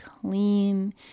clean